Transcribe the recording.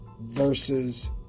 versus